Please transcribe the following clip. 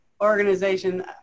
organization